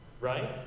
Right